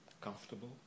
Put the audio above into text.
comfortable